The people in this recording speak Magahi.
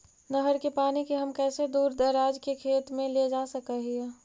नहर के पानी के हम कैसे दुर दराज के खेतों में ले जा सक हिय?